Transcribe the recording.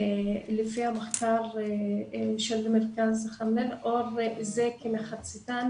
לפי מחקר של מרכז --- לאור זה כמחציתן